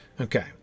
Okay